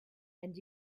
and